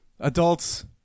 Adults